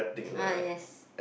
ah yes